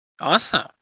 Awesome